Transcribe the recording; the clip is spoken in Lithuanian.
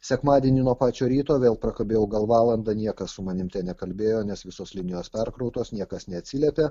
sekmadienį nuo pačio ryto vėl prakabėjau gal valandą niekas su manim ten nekalbėjo nes visos linijos perkrautos niekas neatsiliepė